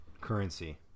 currency